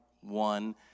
one